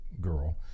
girl